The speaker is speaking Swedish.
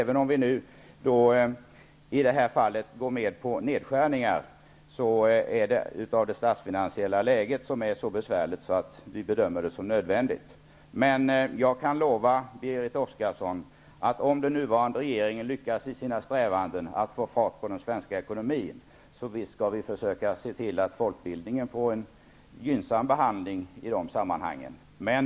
Vi går i detta fall med på nedskärningar därför att det statsfinansiella läget är så besvärligt att vi bedömer det som nödvändigt. Jag kan lova Berit Oscarsson, att om den nuvarande regeringen lyckas i sina strävanden att få fart på den svenska ekonomin skall vi försöka se till att folkbildningen får en gynnsam behandling.